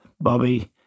Bobby